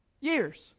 Years